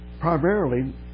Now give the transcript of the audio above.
primarily